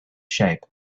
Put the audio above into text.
shape